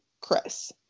Chris